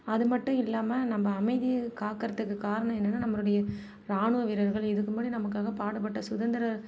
அது மட்டும் இல்லாமல் நம்ப அமைதி காக்கறதுக்கு காரணம் என்னென்னா நம்மளுடைய ராணுவ வீரர்கள் இதுக்கு முன்னடி நமக்காக பாடுபட்ட சுதந்திரம்